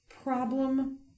problem